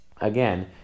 again